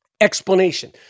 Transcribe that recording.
explanation